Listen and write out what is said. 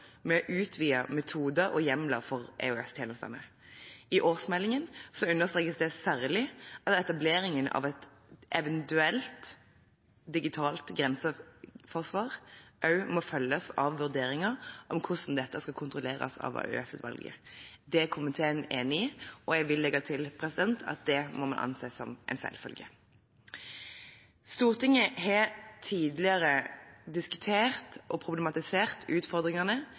metoder og hjemler for EOS-tjenestene. I årsmeldingen understrekes det særlig at etableringen av et eventuelt digitalt grenseforsvar også må følges av vurderinger av hvordan dette skal kontrolleres av EOS-utvalget. Dette er komiteen enig i, og jeg vil legge til at det må vi anse som en selvfølge. Stortinget har tidligere diskutert og problematisert utfordringene